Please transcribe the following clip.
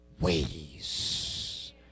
ways